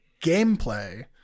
gameplay